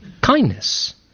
kindness